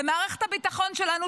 במערכת הביטחון שלנו,